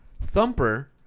Thumper